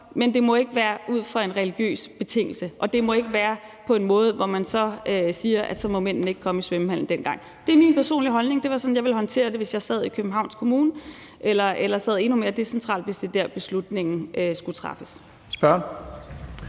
Men det må ikke være ud fra en religiøs betingelse, og det må ikke være på en måde, hvor man så siger, at så må mændene ikke komme i svømmehallen den gang. Det er min personlige holdning. Det var sådan, jeg ville håndtere det, hvis jeg sad i Københavns Kommune eller sad endnu mere decentralt, hvis det er der, beslutningen skulle træffes.